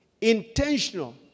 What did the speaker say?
Intentional